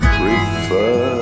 prefer